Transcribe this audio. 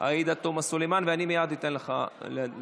עאידה תומא סלימאן, ואני מייד אתן לך לדבר.